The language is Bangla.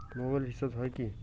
মোবাইল রিচার্জ হয় কি?